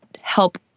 help